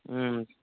ம்